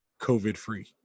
COVID-free